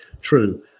true